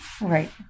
Right